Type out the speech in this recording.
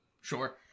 Sure